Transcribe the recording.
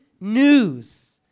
news